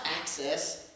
access